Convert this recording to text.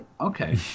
Okay